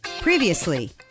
Previously